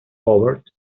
howard